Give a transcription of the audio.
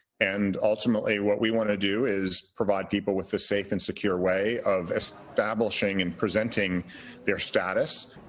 and ultimately, what we want to do is provide people with the safe and secure way of establishing and presenting their status.